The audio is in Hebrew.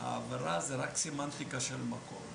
העבירה היא רק סמנטיקה של מקום,